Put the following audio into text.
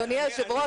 אדוני היושב ראש,